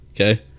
Okay